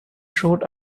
rhode